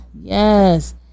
Yes